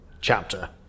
chapter